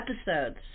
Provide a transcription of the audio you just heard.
episodes